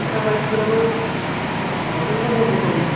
একা বাইক চালানোও পছন্দ বটে তবে